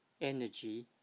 energy